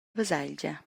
baselgia